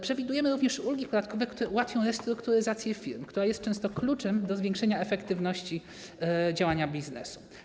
Przewidujemy również ulgi podatkowe, które ułatwią restrukturyzację firm, która jest często kluczem do zwiększenia efektywności działania biznesu.